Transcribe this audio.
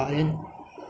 so I think that